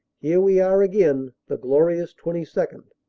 here we are again, the glorious twenty second.